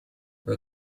her